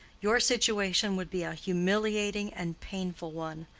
your situation would be a humiliating and painful one.